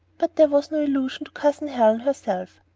but there was no illusion to cousin helen herself.